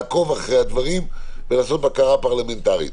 לעקוב אחרי הדברים ולעשות בקרה פרלמנטרית.